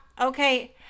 Okay